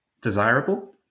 desirable